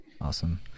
Awesome